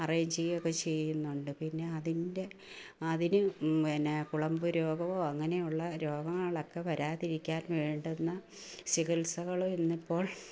arrange ചെയ്യുകയൊക്കെ ചെയ്യുന്നുണ്ട് പിന്നെ അതിൻ്റെ അതിന് മിന്നെ കുളമ്പുരോഗമോ അങ്ങനെയുള്ള രോഗങ്ങളൊക്കെ വരാതിരിക്കാൻ വേണ്ടുന്ന ചികിത്സകളും ഇന്നിപ്പോൾ